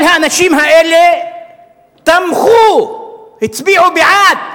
כל האנשים האלה תמכו, הצביעו בעד